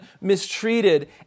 mistreated